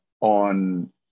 on